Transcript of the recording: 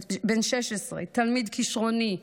תלמיד כישרוני,